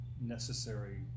necessary